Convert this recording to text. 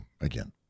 Again